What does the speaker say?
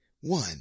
One